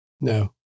No